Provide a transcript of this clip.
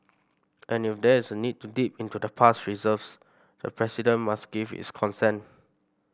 and if there is a need to dip into the past reserves the president must give his consent